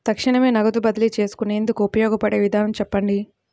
తక్షణమే నగదు బదిలీ చేసుకునేందుకు ఉపయోగపడే విధానము చెప్పండి?